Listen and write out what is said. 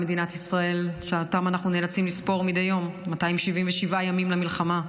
שאנחנו נאלצים לספור מדי יום: 277 ימים למלחמה,